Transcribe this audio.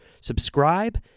subscribe